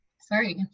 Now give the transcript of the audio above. sorry